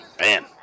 Man